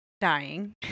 dying